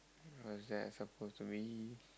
what's that suppose to be